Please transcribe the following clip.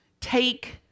take